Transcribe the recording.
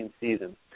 season